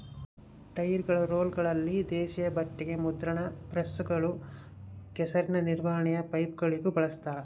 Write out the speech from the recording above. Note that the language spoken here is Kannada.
ಟೈರ್ಗಳು ರೋಲರ್ಗಳಲ್ಲಿ ದೇಶೀಯ ಬಟ್ಟೆಗ ಮುದ್ರಣ ಪ್ರೆಸ್ಗಳು ಕೆಸರಿನ ನಿರ್ವಹಣೆಯ ಪೈಪ್ಗಳಿಗೂ ಬಳಸ್ತಾರ